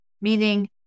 Meaning